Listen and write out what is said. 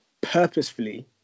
purposefully